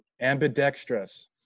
Ambidextrous